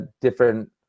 different